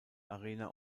arena